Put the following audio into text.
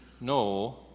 No